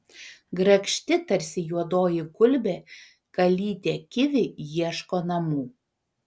grakšti tarsi juodoji gulbė kalytė kivi ieško namų